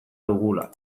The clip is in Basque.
dugula